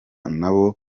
nabo